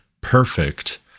perfect